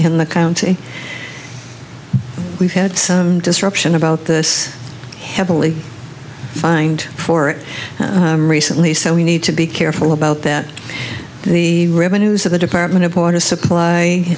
in the county we've had some disruption about this heavily fined for recently so we need to be careful about that the revenues of the department of water supply